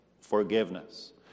forgiveness